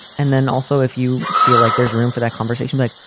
and then also, if you feel like there's room for that conversation, like,